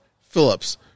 Phillips